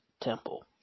Temple